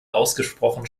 ausgesprochen